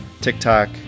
TikTok